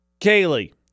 Kaylee